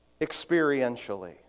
experientially